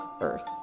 Earth